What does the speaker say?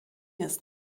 ist